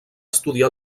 estudiar